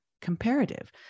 comparative